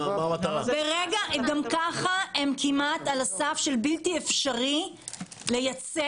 גם כך הם כמעט על הסף של בלתי אפשרי לייצא